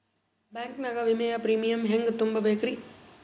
Bank ನಾಗ ವಿಮೆಯ premium ಹೆಂಗ್ ತುಂಬಾ ಬೇಕ್ರಿ?